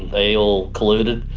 they all colluded.